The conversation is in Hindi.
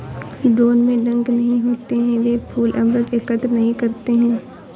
ड्रोन में डंक नहीं होते हैं, वे फूल अमृत एकत्र नहीं करते हैं